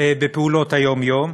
בפעולות היום-יום.